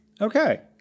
Okay